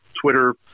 Twitter